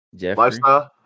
Lifestyle